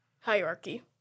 hierarchy